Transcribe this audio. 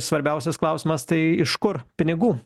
svarbiausias klausimas tai iš kur pinigų